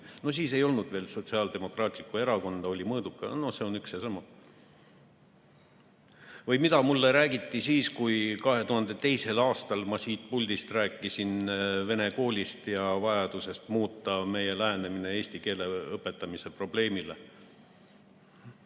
No siis ei olnud veel Sotsiaaldemokraatlikku Erakonda, olid Mõõdukad – no see on üks ja sama. Või mida mulle räägiti siis, kui 2002. aastal ma siit puldist rääkisin vene koolist ja vajadusest muuta meie lähenemist eesti keele õpetamise probleemile.